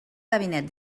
gabinet